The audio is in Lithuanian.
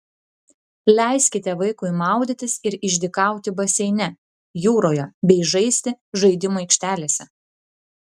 leiskite vaikui maudytis ir išdykauti baseine jūroje bei žaisti žaidimų aikštelėse